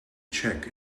check